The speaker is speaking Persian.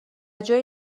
جایی